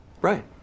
Right